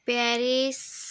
Paris